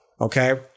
okay